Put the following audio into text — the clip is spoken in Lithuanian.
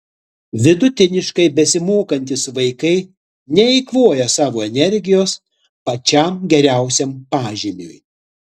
vidutiniškai besimokantys vaikai neeikvoja savo energijos pačiam geriausiam pažymiui